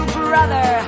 brother